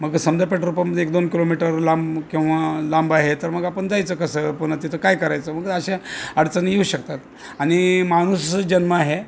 मग समजा petrol pump एक दोन किलोमीटर लांब किंवा लांब आहे तर मग आपण जायचं कसं पुन्हा तिथं काय करायचं मग अशा अडचणी येऊ शकतात आणि माणूस जन्म आहे